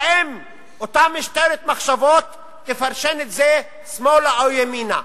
או אם אותה משטרת מחשבות תפרשן את זה שמאלה או ימינה.